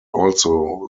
also